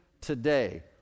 today